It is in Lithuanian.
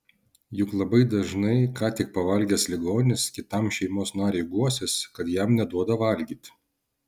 juk labai dažnai ką tik pavalgęs ligonis kitam šeimos nariui guosis kad jam neduoda valgyti